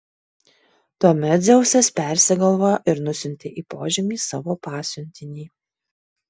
tuomet dzeusas persigalvojo ir nusiuntė į požemį savo pasiuntinį